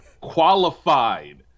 qualified